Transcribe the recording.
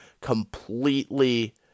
completely